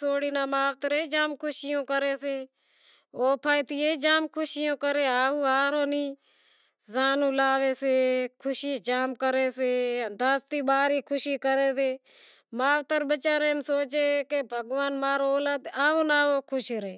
سوری نا مائتر بھی جام خوشیوں کریں، خوشی جام کری سے مائتر بچارے سوچیں کہ بھگوان ماں رو اولاد خوش رہے،